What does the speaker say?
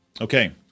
Okay